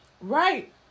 Right